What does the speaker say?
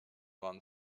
waren